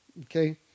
okay